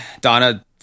donna